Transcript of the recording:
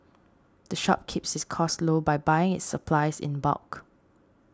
the shop keeps its costs low by buying its supplies in bulk